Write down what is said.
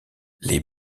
les